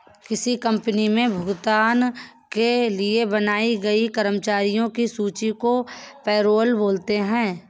किसी कंपनी मे भुगतान के लिए बनाई गई कर्मचारियों की सूची को पैरोल बोलते हैं